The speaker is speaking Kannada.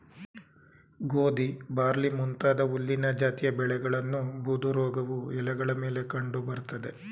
ಗೋಧಿ ಬಾರ್ಲಿ ಮುಂತಾದ ಹುಲ್ಲಿನ ಜಾತಿಯ ಬೆಳೆಗಳನ್ನು ಬೂದುರೋಗವು ಎಲೆಗಳ ಮೇಲೆ ಕಂಡು ಬರ್ತದೆ